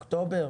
באוקטובר,